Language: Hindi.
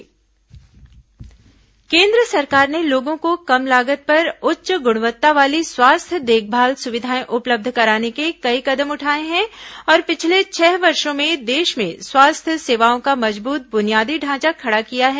केन्द्र स्वास्थ्य सेवाएं केन्द्र सरकार ने लोगों को कम लागत पर उच्च गुणवत्ता वाली स्वास्थ्य देखभाल सुविधाएं उपलब्ध कराने के कई कदम उठाए हैं और पिछले छह वर्षो में देश में स्वास्थ्य सेवाओं का मजबूत बुनियादी ढांचा खड़ा किया है